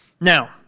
now